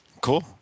Cool